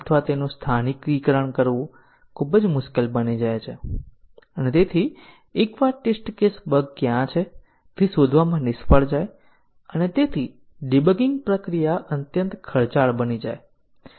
તેનો અર્થ એ કે કેટલાક ટેસ્ટીંગ કેસો એ સંકેત આપવામાં નિષ્ફળ જાય છે કે પ્રોગ્રામમાં ભૂલ રજૂ કરવામાં આવી છે